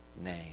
name